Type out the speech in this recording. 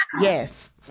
Yes